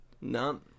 None